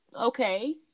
okay